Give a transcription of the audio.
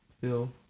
Phil